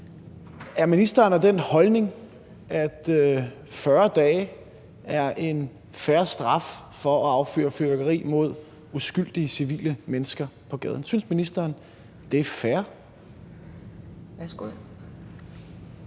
Er ministeren af den holdning, at 40 dage er en fair straf for at affyre fyrværkeri mod uskyldige civile mennesker på gaden? Synes ministeren, det er fair? Kl.